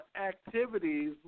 activities